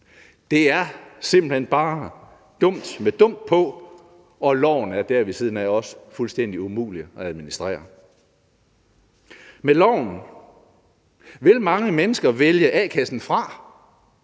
Det er simpelt hen bare dumt med dumt på, og loven er ved siden af også fuldstændig umulig at administrere. Med loven vil mange mennesker vælge a-kassen fra.